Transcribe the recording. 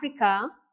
Africa